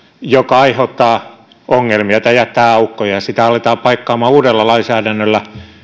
joka aiheuttaa ongelmia tai jättää aukkoja sitä aletaan paikata uudella lainsäädännöllä